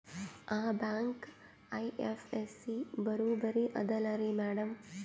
ಆ bank I F S C ಬರೊಬರಿ ಅದಲಾರಿ ಮ್ಯಾಡಂ?